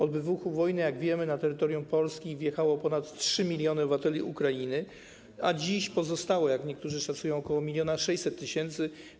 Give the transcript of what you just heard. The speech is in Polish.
Od chwili wybuchu wojny, jak wiemy, na terytorium Polski wjechało ponad 3 mln obywateli Ukrainy, a dziś pozostało, jak niektórzy szacują, ok. 1600 tys. osób.